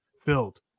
filled